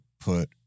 put